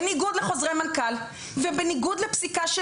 בניגוד לחוזרי מנכ"ל ובניגוד לפסיקה של